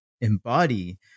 embody